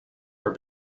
our